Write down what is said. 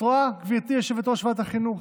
את רואה, גברתי יושבת-ראש ועדת החינוך,